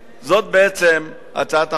זאת בעצם הצעת החוק שלי.